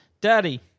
Daddy